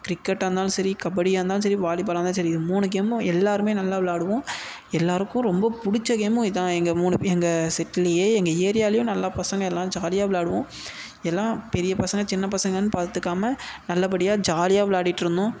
கிரிக்கெட்டாக இருந்தாலும் சரி கபடியாக இருந்தாலும் சரி வாலிபாலாக இருந்தாலும் சரி இது மூணு கேமும் எல்லோருமே நல்லா விளாடுவோம் எல்லோருக்கும் ரொம்ப பிடிச்ச கேமும் இதான் எங்கள் மூணு எங்கள் செட்டுலேயே எங்கள் ஏரியாலேயும் நல்லா பசங்க எல்லாம் ஜாலியாக விளாடுவோம் எல்லாம் பெரிய பசங்க சின்ன பசங்கன்னு பார்த்துக்காம நல்லபடியாக ஜாலியாக விளாடிட்டுருந்தோம்